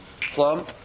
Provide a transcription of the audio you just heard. plum